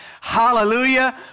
Hallelujah